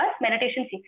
meditation